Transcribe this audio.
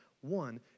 One